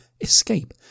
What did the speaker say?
escape